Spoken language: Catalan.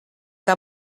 que